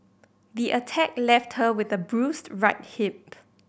the attack left her with a bruised right hip